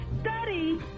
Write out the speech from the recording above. study